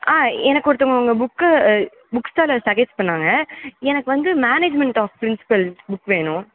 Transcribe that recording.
ஆ எனக்கொருத்தவங்க உங்கள் book book ஸ்டாலை சட்ஜெஸ் பண்ணாங்க எனக்கு வந்து மேனேஜ்மெண்ட் ஆப் பிரின்ஸ்பல் புக் வேணும்